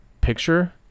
picture